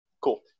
Cool